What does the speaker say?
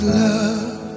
love